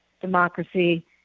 democracy